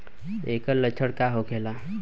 ऐकर लक्षण का होखेला?